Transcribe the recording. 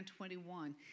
21